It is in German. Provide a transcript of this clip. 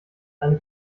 eine